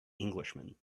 englishman